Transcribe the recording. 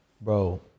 Bro